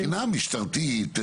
מבחינה משטרתית,